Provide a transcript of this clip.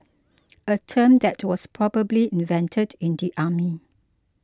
a term that was probably invented in the army